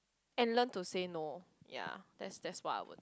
and learn to say no ya that's that's what I would